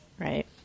Right